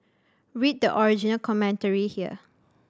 read the original commentary here